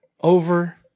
over